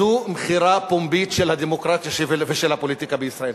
זו מכירה פומבית של הדמוקרטיה ושל הפוליטיקה בישראל.